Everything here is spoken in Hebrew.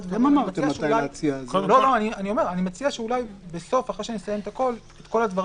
אני מציע שאולי בסוף, אחרי שנסיים את כל הדברים